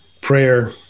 prayer